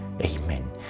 Amen